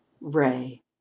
Ray